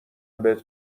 بهت